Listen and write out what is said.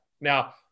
Now